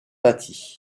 bâti